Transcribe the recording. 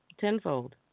Tenfold